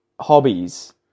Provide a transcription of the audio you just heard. hobbies